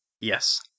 Yes